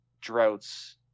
Droughts